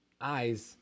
eyes